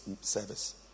service